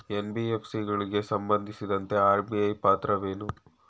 NBFC ಗಳಿಗೆ ಸಂಬಂಧಿಸಿದಂತೆ RBI ಪಾತ್ರವೇನು?